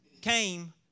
came